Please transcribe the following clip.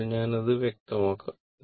ഇപ്പോൾ ഞാൻ അത് വ്യക്തമാക്കാം